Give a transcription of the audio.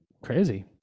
crazy